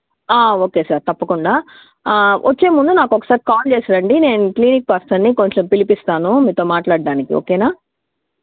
okay sir తప్పకుండా వచ్చే ముందు నాకు ఒక సారి కాల్ చేసి రండి నేను క్లినిక్ పర్సన్ని కొంచెం పిలిపిస్తాను మీతో మాట్లాడటానికి ఓకేనా